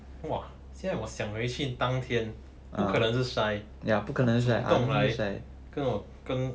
!wah! 现在我想回去当天不可能是 shy 东来跟我跟